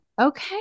Okay